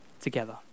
together